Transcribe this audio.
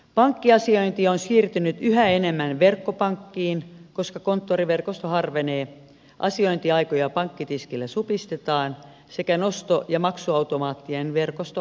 pankkiasiointi on siirtynyt yhä enemmän verkkopankkiin koska konttoriverkosto harvenee asiointiaikoja pankkitiskille supistetaan ja nosto ja maksuautomaattien verkosto harvenee